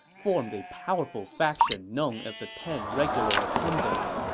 formed a powerful faction known as the ten regular attendants.